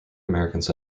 americans